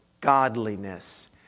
Godliness